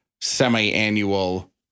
semi-annual